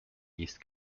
east